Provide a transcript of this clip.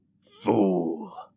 Fool